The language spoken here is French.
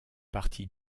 partie